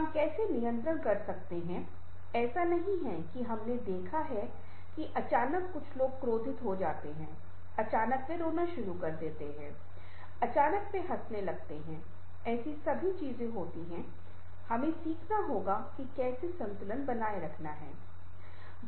हम कैसे नियंत्रण कर सकते हैं ऐसा नहीं है कि हमने देखा है कि अचानक कुछ लोग क्रोधित हो जाते हैं अचानक वे रोना शुरू कर देंगे अचानक वे हंसने लगेंगे ऐसी सभी चीजें होती हैं हमें सीखना होगा कि कैसे संतुलन बनाना है